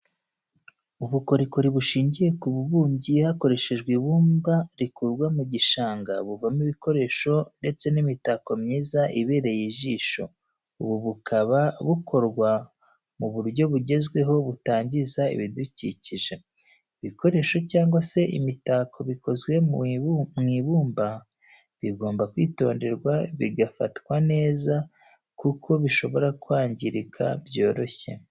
Ubukorikori bushingiye ku bubumbyi hakoreshejwe ibumba rikurwa mu gishanga buvamo ibikoresho ndetse n'imitako myiza ibereye ijisho ubu bukaba bukorwa mu buryo bugezweho butangiza ibidukikije, ibikoresho cyangwa se imitako bikozwe mu ibumba bigomba kwitonderwa bigafatwa neza kuko bishobora kwangirika byoroshye.